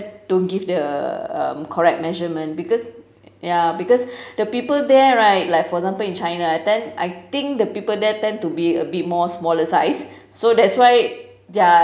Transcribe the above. don't give the um correct measurement because ya because the people there right like for example in china I tend I think the people there tend to be a bit more smaller size so that's why their